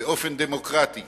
באופן דמוקרטי